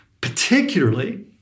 particularly